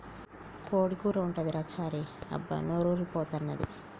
కోడి కూర ఉంటదిరా చారీ అబ్బా నోరూరి పోతన్నాది